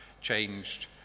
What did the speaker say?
changed